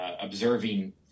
observing